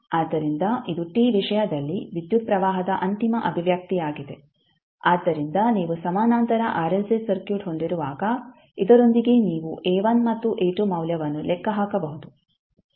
ಆದ್ದರಿಂದ ಇದು t ವಿಷಯದಲ್ಲಿ ವಿದ್ಯುತ್ ಪ್ರವಾಹದ ಅಂತಿಮ ಅಭಿವ್ಯಕ್ತಿಯಾಗಿದೆ ಆದ್ದರಿಂದ ನೀವು ಸಮಾನಾಂತರ ಆರ್ಎಲ್ಸಿ ಸರ್ಕ್ಯೂಟ್ ಹೊಂದಿರುವಾಗ ಇದರೊಂದಿಗೆ ನೀವು A1 ಮತ್ತು A2 ಮೌಲ್ಯವನ್ನು ಲೆಕ್ಕ ಹಾಕಬಹುದು